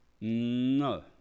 No